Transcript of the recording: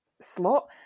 slot